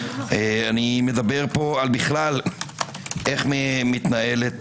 אני מדבר פה על בכלל איך מתנהלות